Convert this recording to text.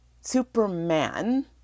Superman